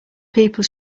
people